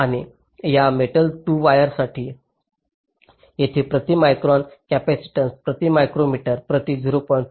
आणि या मेटल 2 वायरसाठी येथे प्रति मायक्रॉन कॅपेसिटन्स प्रति मायक्रोमीटर प्रति 0